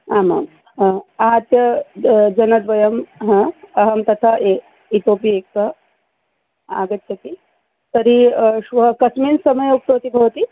आमाम् आहत्य ज जनद्वयं हा अहं तथा ए इतोपि एकः आगच्छति तर्हि श्वः कस्मिन् समये उक्तवती भवती